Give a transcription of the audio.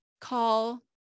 call